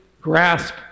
grasp